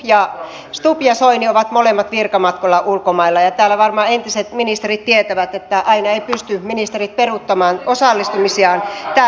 ministerit stubb ja soini ovat molemmat virkamatkoilla ulkomailla ja täällä varmaan entiset ministerit tietävät että aina eivät pysty ministerit peruuttamaan ja osallistumaan tänne